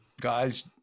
guys